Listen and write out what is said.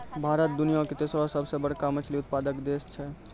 भारत दुनिया के तेसरो सभ से बड़का मछली उत्पादक देश छै